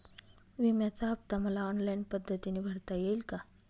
विम्याचा हफ्ता मला ऑनलाईन पद्धतीने भरता येईल का?